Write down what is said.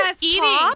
eating